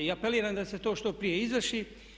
I apeliram da se to što prije izvrši.